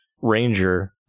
ranger